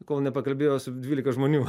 kol nepakalbėjo su dvylika žmonių